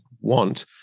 want